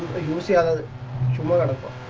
the other sharon and